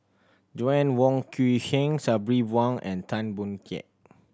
Joanna Wong Quee Heng Sabri Buang and Tan Boon Teik